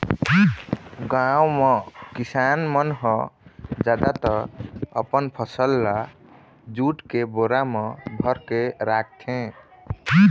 गाँव म किसान मन ह जादातर अपन फसल ल जूट के बोरा म भरके राखथे